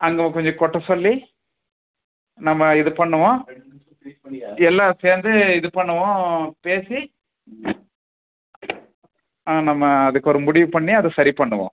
அங்கே கொஞ்சம் கொட்ட சொல்லி நம்ம இது பண்ணுவோம் எல்லாம் சேர்ந்து இது பண்ணுவோம் பேசி நம்ம அதுக்கு ஒரு முடிவு பண்ணி அதை சரி பண்ணுவோம்